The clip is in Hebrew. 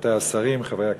רבותי השרים, חברי הכנסת,